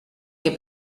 que